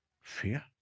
fear